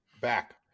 back